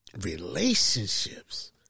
relationships